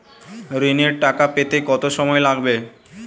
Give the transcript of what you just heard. ঋণের টাকা পেতে কত সময় লাগবে?